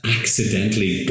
accidentally